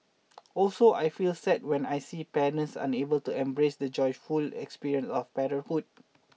also I feel sad when I see parents unable to embrace the joyful experience of parenthood